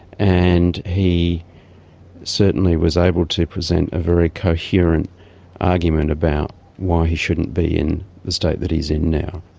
and he certainly was able to present a very coherent argument about why he shouldn't be in the state that he is in now.